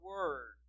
Word